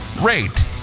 rate